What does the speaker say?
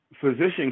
physician